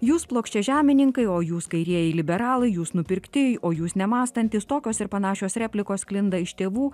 jūs plokščiažemininkai o jūs kairieji liberalai jūs nupirkti o jūs nemąstantys tokios ir panašios replikos sklinda iš tėvų